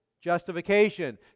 justification